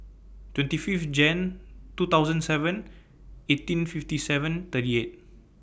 twenty five Jan two thousand seven eighteen fifty seven thirty eight